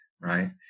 right